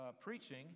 preaching